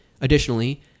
Additionally